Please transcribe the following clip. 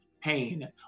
pain